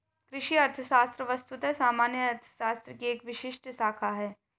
कृषि अर्थशास्त्र वस्तुतः सामान्य अर्थशास्त्र की एक विशिष्ट शाखा है